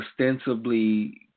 ostensibly